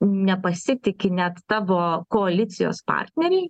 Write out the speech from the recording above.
nepasitiki net tavo koalicijos partneriai